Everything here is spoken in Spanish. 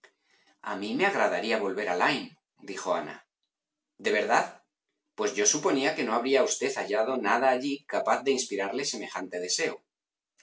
a mí me agradaría volver a lymedijo ana de verdad pues yo suponía que no habría usted hallado nada allí capaz de inspirarle semejante deseo